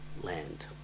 land